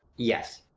yes.